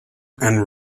and